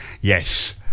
yes